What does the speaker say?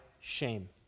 shame